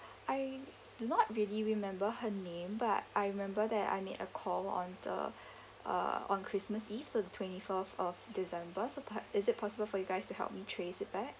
I do not really remember her name but I remember that I made a call on the uh on christmas eve so the twenty fourth of december so perh~ is it possible for you guys to help me trace it back